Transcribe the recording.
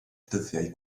dyddiau